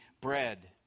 bread